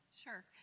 Sure